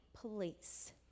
police